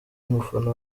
umufana